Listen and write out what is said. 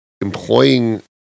employing